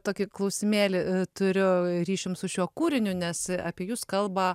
tokį klausimėlį turiu ryšium su šiuo kūriniu nes apie jus kalba